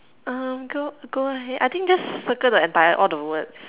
um go go ahead I think just circle the entire all the words